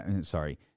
sorry